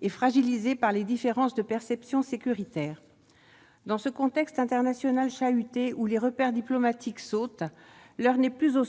et fragilisée par les différences de perception sécuritaire. Dans ce contexte international chahuté où les repères diplomatiques sautent, l'heure n'est plus au